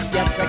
Yes